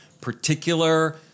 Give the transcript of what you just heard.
particular